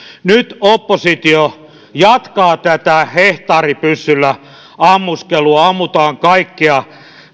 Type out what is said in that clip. nyt oppositio jatkaa tätä hehtaaripyssyllä ammuskelua ammutaan kaikkea